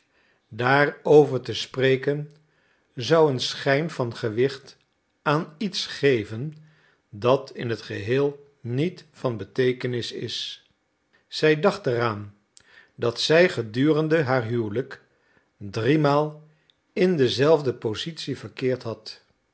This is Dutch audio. daarover te spreken zou een schijn van gewicht aan iets geven dat in het geheel niet van beteekenis is zij dacht er aan dat zij gedurende haar huwelijk driemaal in dezelfde positie verkeerd had